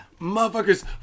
Motherfuckers